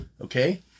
okay